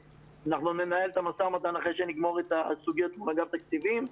אנחנו ננהל את המשא ומתן לאחר שנסיים את הסוגיות מול אגף תקציבים.